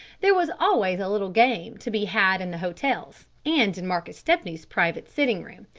there was always a little game to be had in the hotels and in marcus stepney's private sitting-room.